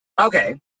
Okay